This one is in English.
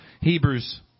Hebrews